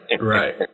Right